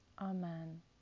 Amen